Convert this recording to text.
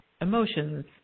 emotions